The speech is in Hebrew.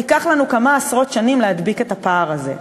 ייקח לנו כמה עשרות שנים להדביק את הפער הזה.